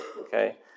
okay